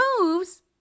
moves